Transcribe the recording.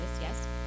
yes